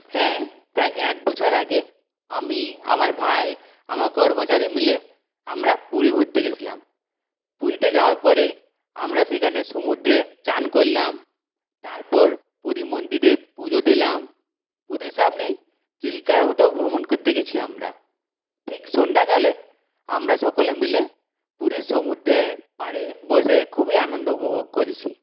হ্যাঁ প্রায় একবছর আগে আমি আমার ভাই আমার কর্মচারী মিলে আমরা পুরী ঘুরতে গেছিলাম পুরীতে যাওয়ার পরে আমরা সেখানে সমুদ্রে চান করলাম তারপর পুরী মন্দিরে পুজো দিলাম পুরীর সামনে চিল্কা হ্রদেও ভ্রমণ করতে গেছি আমরা ঠিক সন্ধ্যাকালে আমরা সকলে মিলে পুরীর সমুদ্রের পাড়ে বসে খুবই আনন্দ উপভোগ করেছি